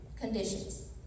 conditions